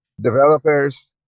Developers